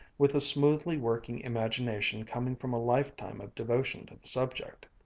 with the smoothly working imagination coming from a lifetime of devotion to the subject,